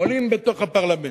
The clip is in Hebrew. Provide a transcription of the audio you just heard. עולה בתוך הפרלמנט,